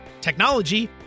technology